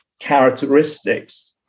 characteristics